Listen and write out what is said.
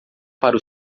para